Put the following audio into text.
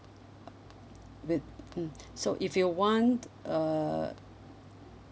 with mm so if you want uh